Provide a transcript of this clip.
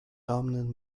dominant